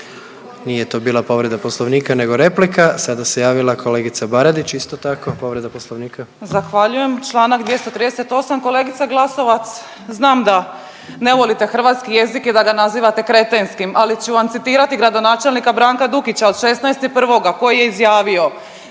nije to bila povreda Poslovnika nego replika. Sada se javila kolegica Baradić, isto tako povreda Poslovnika. **Baradić, Nikolina (HDZ)** Zahvaljujem, čl. 238.. Kolegice Glasovac, znam da ne volite hrvatski jezik i da ga nazivate kretenskim, ali ću vam citirati gradonačelnika Branka Dukića od 16.1. koji je izjavio,